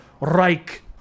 Reich